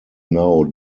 now